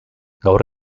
gaur